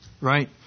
right